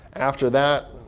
after that,